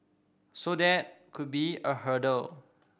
so that could be a hurdle